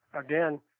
again